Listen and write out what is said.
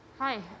Hi